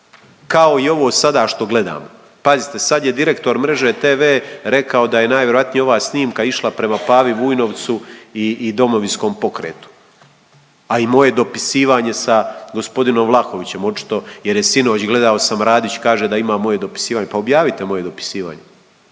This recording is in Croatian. kao i ovo sada što gledamo. Pazite sad je direktor Mreže TV rekao da je najvjerojatnije ova snimka išla prema Pavi Vujnovcu i Domovinskom pokretu, a i moje dopisivanje sa gospodinom Vlahovićem očito jer je sinoć gledao sam Radić kaže da ima moje dopisivanje, pa objavite moje dopisivanje.